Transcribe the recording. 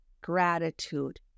gratitude